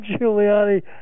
Giuliani